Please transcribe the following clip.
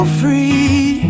free